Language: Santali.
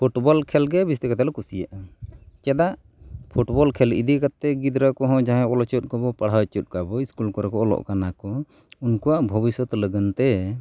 ᱯᱷᱩᱴᱵᱚᱞ ᱠᱷᱮᱞ ᱜᱮ ᱵᱤᱥᱛᱤ ᱠᱟᱛᱮᱫ ᱞᱮ ᱠᱩᱥᱤᱭᱟᱜᱼᱟ ᱪᱮᱫᱟᱜ ᱯᱷᱩᱴᱵᱚᱞ ᱠᱷᱮᱞ ᱤᱫᱤ ᱠᱟᱛᱮᱫ ᱜᱤᱫᱽᱨᱟᱹ ᱠᱚᱦᱚᱸ ᱡᱟᱦᱟᱸᱭ ᱚᱞ ᱦᱚᱪᱚᱭᱮᱫ ᱠᱚᱣᱟ ᱵᱚᱱ ᱯᱟᱲᱦᱟᱣ ᱦᱚᱪᱚᱭᱮᱫ ᱠᱚᱣᱟᱵᱚᱱ ᱥᱠᱩᱞ ᱠᱚᱨᱮ ᱠᱚ ᱚᱞᱚᱜ ᱠᱟᱱᱟ ᱠᱚ ᱩᱱᱠᱩᱣᱟᱜ ᱵᱷᱚᱵᱤᱥᱥᱚᱛ ᱞᱟᱹᱜᱤᱫ ᱛᱮ